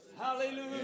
hallelujah